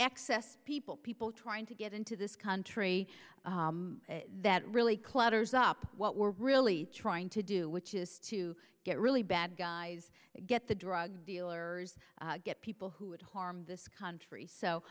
excess people people trying to get into this country that really clutters up what we're really trying to do which is to get really bad guys get the drug dealers get people who would harm this country so